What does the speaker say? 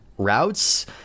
routes